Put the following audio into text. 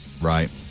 Right